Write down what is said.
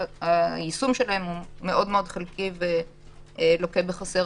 היישום שלהם מאוד חלקי ולוקה בחסר.